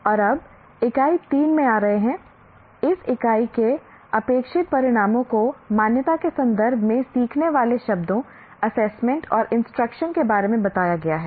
और अब इकाई 3 में आ रहे हैं इस इकाई के अपेक्षित परिणामों को मान्यता के संदर्भ में सीखने वाले शब्दों असेसमेंट और इंस्ट्रक्शन के बारे में बताया गया है